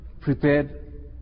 prepared